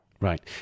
Right